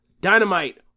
Dynamite